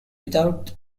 without